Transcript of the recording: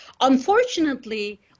unfortunately